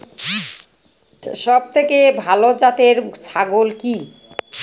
সবথেকে ভালো জাতের ছাগল কি?